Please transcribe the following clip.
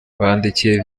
bandikiye